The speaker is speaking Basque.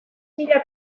mila